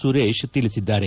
ಸುರೇಶ್ ತಿಳಿಸಿದ್ದಾರೆ